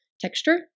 texture